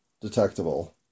detectable